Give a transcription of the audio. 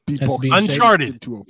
Uncharted